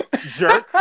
jerk